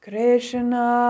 Krishna